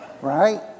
Right